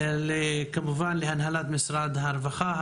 כמובן להנהלת משרד הרווחה,